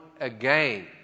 again